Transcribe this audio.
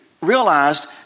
realized